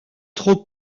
trop